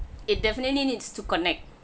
it definitely needs to connect